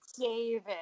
David